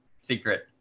secret